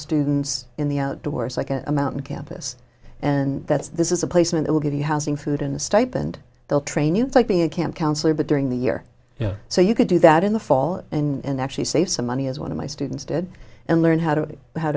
students in the outdoors like a mountain campus and that's this is a placement it will give you housing food in the stipend they'll train you like being a camp counselor but during the year yeah so you could do that in the fall and actually save some money as one of my students did and learn how